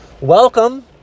Welcome